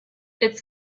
its